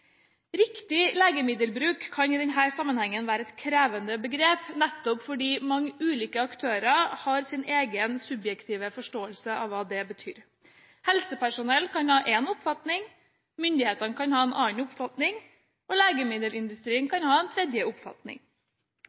Riktig legemiddelbruk kan i denne sammenhengen være et krevende begrep, nettopp fordi ulike aktører har sin egen subjektive forståelse av hva det betyr. Helsepersonell kan ha én oppfatning, myndighetene en annen og legemiddelindustrien en tredje. Midt i denne jungelen av råd og